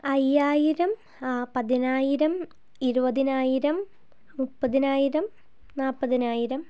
അയ്യായിരം പതിനായിരം ഇരുപതിനായിരം മുപ്പതിനായിരം നാൽപ്പതിനായിരം